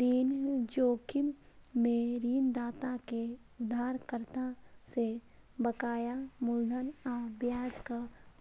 ऋण जोखिम मे ऋणदाता कें उधारकर्ता सं बकाया मूलधन आ ब्याजक